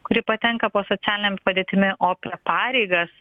kuri patenka po socialine padėtimi o pareigas